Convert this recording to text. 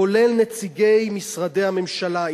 כולל נציגי משרד הממשלה,